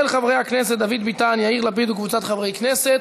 של חברי הכנסת דוד ביטן ויאיר לפיד וקבוצת חברי כנסת.